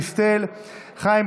גלית דיסטל אטבריאן,